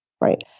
Right